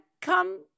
come